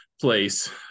place